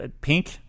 Pink